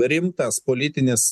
rimtas politinis